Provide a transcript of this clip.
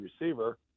receiver